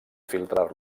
filtrar